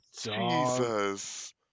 Jesus